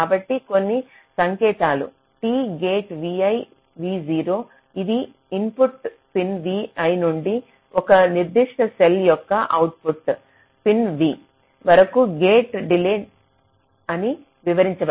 కాబట్టి కొన్ని సంకేతాలు T గేట్ vi v0 ఇది ఇన్పుట్ పిన్ vi నుండి ఒక నిర్దిష్ట సెల్ యొక్క అవుట్పుట్ పిన్ v వరకు గేట్ డిలే అని వివరించబడింది